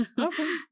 Okay